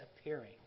appearing